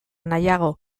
nahiago